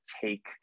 take